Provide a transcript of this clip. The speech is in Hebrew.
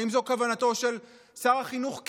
האם זו כוונתו של שר החינוך קיש,